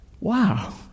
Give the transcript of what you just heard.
Wow